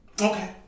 Okay